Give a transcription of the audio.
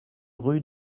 rue